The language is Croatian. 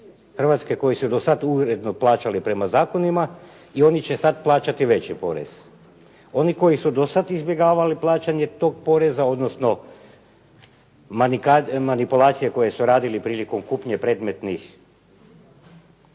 Hrvatske koji su do sad uredno plaćali prema zakonima i oni će sad plaćati veći porez. Oni koji su do sad izbjegavali plaćanje tog poreza, odnosno manipulacije koje su radili prilikom kupnje predmetne